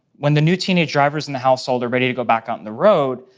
when the new teenage drivers in the household are ready to go back out in the road,